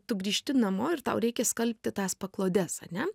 tu grįžti namo ir tau reikia skalbti tas paklodes ane